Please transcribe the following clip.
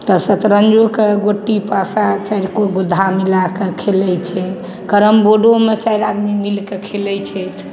तऽ शतरञ्जोके गोटी पासा चारिगो गोधा मिलाके खेलय छै कैरम बोर्डोमे चारि आदमी मिलके खेलय छै